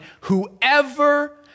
whoever